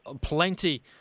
Plenty